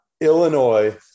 Illinois